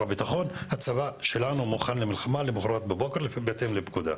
הביטחון שהצבא שלנו מוכן למלחמה למחרת בבוקר בהתאם לפקודה.